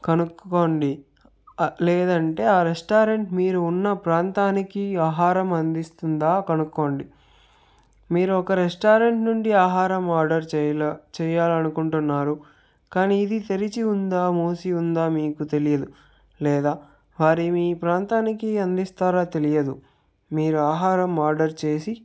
కనుక్కోండి లేదంటే ఆ రెస్టారెంట్ మీరు ఉన్న ప్రాంతానికి ఆహారం అందిస్తుందా కనుక్కోండి మీరు ఒక రెస్టారెంట్ నుండి ఆహారం ఆర్డర్ చేయాలా చేయాలనుకుంటున్నారు కానీ ఇది తెరిచి ఉందా మూసి ఉందా మీకు తెలియదు లేదా వారిని ఈ ప్రాంతానికి అందిస్తారో తెలియదు మీరు ఆహారం ఆర్డర్ చేసి